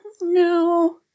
No